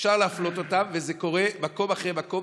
אפשר להפלות אותם, וזה קורה במקום אחרי מקום.